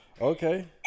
Okay